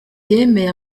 yemeye